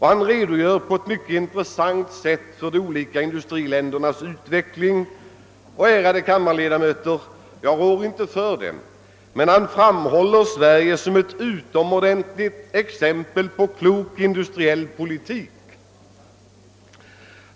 Han redogör på ett mycket intressant sätt för de olika industriländernas utveckling, och, ärade kammarledamöter — jag rår inte för det — han framhåller Sverige som ett utomordentligt exempel på ett land som bedriver klok industriell politik.